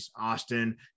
Austin